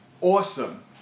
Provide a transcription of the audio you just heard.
awesome